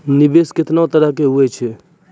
निवेश केतना तरह के होय छै?